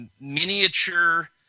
miniature